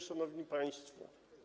Szanowni Państwo!